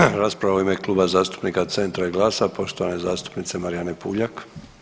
Slijedi rasprava u ime Kluba zastupnika CENTRA i GLAS-a poštovane zastupnice Marijane Puljak.